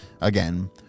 again